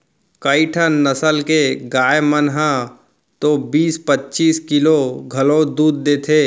कइठन नसल के गाय मन ह तो बीस पच्चीस किलो घलौ दूद देथे